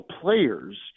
players